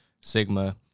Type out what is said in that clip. Sigma